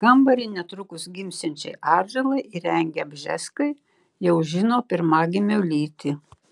kambarį netrukus gimsiančiai atžalai įrengę bžeskai jau žino pirmagimio lytį